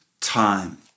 time